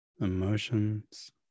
emotions